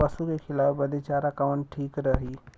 पशु के खिलावे बदे चारा कवन ठीक रही?